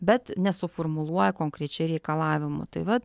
bet nesuformuluoja konkrečiai reikalavimų tai vat